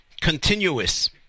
continuous